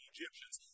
Egyptians